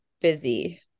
busy